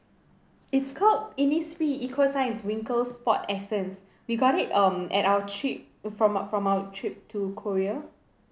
it's called Innisfree eco science wrinkle spot essence we got it um at our trip from from our trip to korea